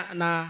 na